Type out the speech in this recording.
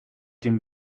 dem